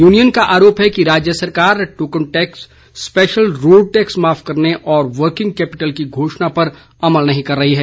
union का आरोप है कि राज्य सरकार token tax special road tax माफ करने और वर्किंग कैपिटल की घोषणा पर अमल नहीं कर रही है